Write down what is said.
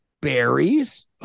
berries